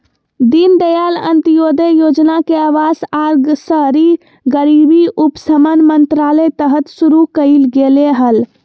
दीनदयाल अंत्योदय योजना के अवास आर शहरी गरीबी उपशमन मंत्रालय तहत शुरू कइल गेलय हल